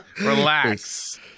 Relax